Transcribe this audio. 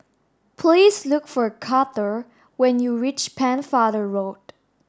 please look for Karter when you reach Pennefather Road